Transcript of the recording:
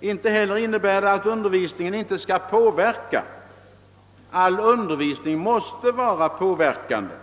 Inte heller innebär det att undervisningen inte skall påverka eleverna. All undervisning måste vara påverkande.